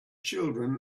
children